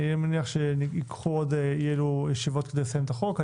אני מניח שיהיה עוד צורך באי אלו ישיבות כדי לסיים את החוק.